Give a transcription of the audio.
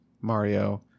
Mario